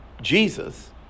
Jesus